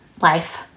life